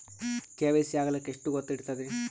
KYC ಆಗಲಕ್ಕ ಎಷ್ಟ ಹೊತ್ತ ಹಿಡತದ್ರಿ?